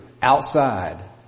Outside